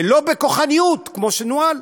ולא בכוחניות כמו שהוא נוהל.